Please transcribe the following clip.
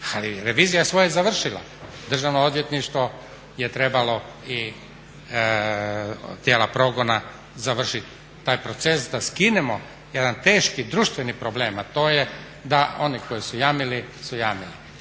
ali revizija je svoje završila, Državno odvjetništvo je trebalo i tijela progona završiti taj proces da skinemo jedan teški društveni problem, a to je da oni koji su jamili su jamili.